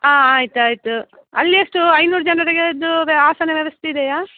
ಆಂ ಆಯ್ತು ಆಯಿತು ಅಲ್ಲೆಷ್ಟು ಐನೂರು ಜನರಿಗೆ ಅದು ವ್ಯ ಆಸನ ವ್ಯವಸ್ಥೆ ಇದೆಯಾ